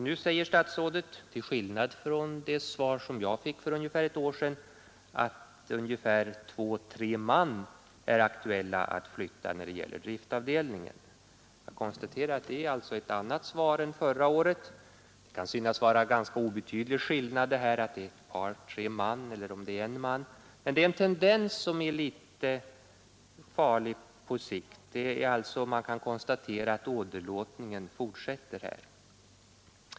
Nu säger statsrådet, till skillnad från vad han sade i det svar som jag fick för ungefär ett år sedan, att det är aktuellt att flytta två å tre man på driftavdelningen. Jag konstaterar att det är ett annat svar än förra året. Det kan synas vara en ganska obetydlig skillnad, om det är ett par tre man eller en man, men det är en tendens som är litet farlig på sikt. Man kan alltså konstatera att åderlåtningen fortsätter här.